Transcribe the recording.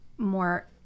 more